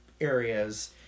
Areas